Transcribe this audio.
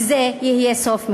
וזה יהיה סוף מכוער.